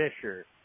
Fisher